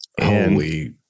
Holy